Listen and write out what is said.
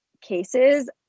cases